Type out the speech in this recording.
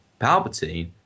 Palpatine